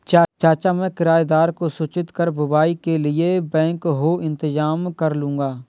चाचा मैं किराएदार को सूचित कर बुवाई के लिए बैकहो इंतजाम करलूंगा